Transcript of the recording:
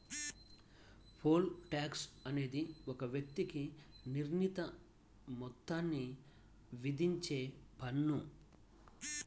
pole tax అనేది ఒక వ్యక్తికి నిర్ణీత మొత్తాన్ని విధించే పన్ను